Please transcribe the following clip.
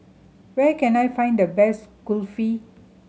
where can I find the best Kulfi